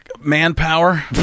Manpower